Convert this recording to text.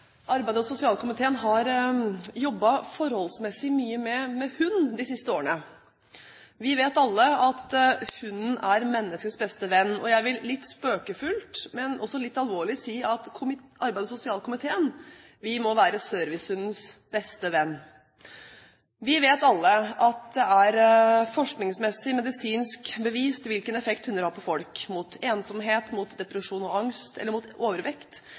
og sosialkomiteen har jobbet forholdsmessig mye med hund de siste årene. Vi vet alle at hunden er menneskets beste venn, og jeg vil litt spøkfullt, men også litt alvorlig, si at arbeids- og sosialkomiteen må være servicehundens beste venn. Vi vet alle at det er forskningsmessig medisinsk bevist hvilken effekt hunder har på folk – mot ensomhet, mot depresjon og angst, eller mot overvekt.